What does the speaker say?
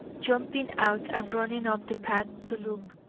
jumping out and running up the path to look.